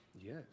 Yes